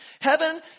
Heaven